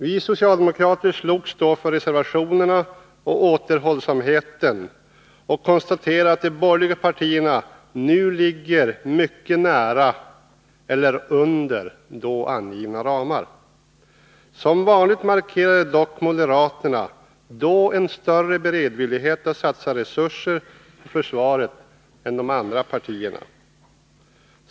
Vi socialdemokrater, som då slogs för reservationerna och återhållsamheten, konstaterar att de borgerliga parterna nu ligger mycket nära eller under då angivna ramar. Som vanligt markerade dock moderaterna då en större beredvillighet att satsa resurser på försvaret än de andra partierna.